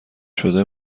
شده